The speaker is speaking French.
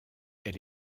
elle